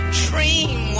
dream